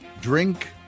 Drink